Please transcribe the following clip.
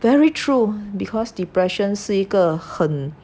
very true because depression 是一个很